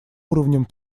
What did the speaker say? уровнем